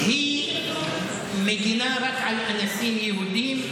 היא מגינה רק על אנסים יהודים,